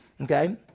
Okay